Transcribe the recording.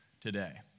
today